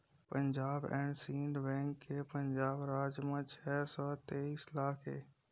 Punjab and Sindh bank के पंजाब राज म छै सौ तेइस साखा हे